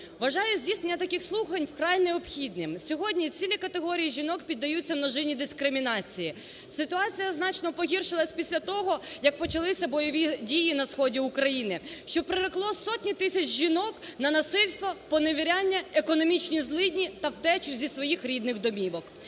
Вважаю здійснення таких спухань вкрай необхідним. Сьогодні цілі категорії жінок піддаються множинній дискримінації. Ситуація значно погіршилась після того як почалися бойові дії на сході України, що прирекло сотні тисяч жінок на насильство, поневіряння, економічні злидні та втечі зі своїх рідних домівок.